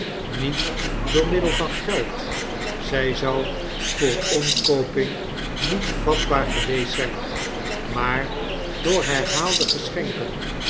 niet door middel van geld zp zouvooromkooping niet vatbaar geweest zyn maar door herhaalde geschenken